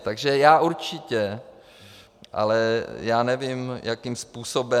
Takže já určitě, ale já nevím, jakým způsobem.